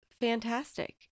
fantastic